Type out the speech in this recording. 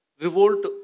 revolt